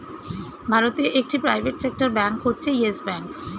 ভারতে একটি private sector bank হচ্ছে ইয়েস ব্যাঙ্ক